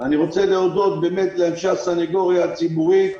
אני רוצה להודות באמת לאנשי הסנגוריה הציבורית,